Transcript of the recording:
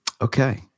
Okay